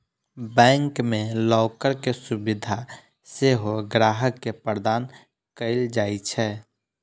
bank मे locker के सुविधा सेहो ग्राहक के प्रदान कैल जाइ छै